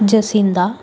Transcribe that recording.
Jacinda